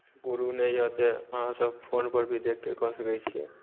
गुरु नहि यए तऽ अहाँसभ फोनपर भी देखिकेँ कऽ सकैत छियै